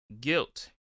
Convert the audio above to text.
Guilt